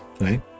right